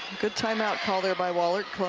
good time-out call there by wahlert.